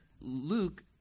Luke